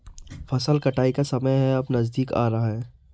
फसल कटाई का समय है अब नजदीक आ रहा है